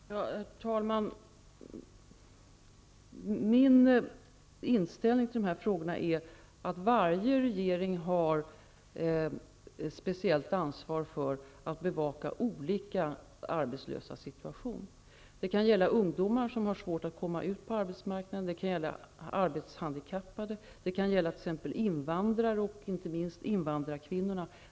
Herr talman! Min inställning till de här frågorna är att varje regering har ett speciellt ansvar för att bevaka olika arbetslösa guppers situation. Det kan gälla ungdomar som har svårt med att komma ut på arbetsmarknaden, arbetshandikappade och invandrare och, inte minst, invandrarkvinnorna.